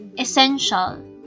essential